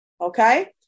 Okay